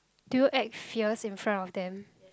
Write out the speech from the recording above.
do you act fierce in front of them